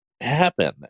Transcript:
happen